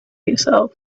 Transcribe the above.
yourself